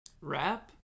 wrap